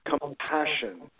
compassion